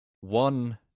one